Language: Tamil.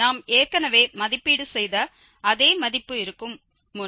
நாம் ஏற்கனவே மதிப்பீடு செய்த அதே மதிப்பு இருக்கும் முன்